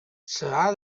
s’ha